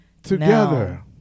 together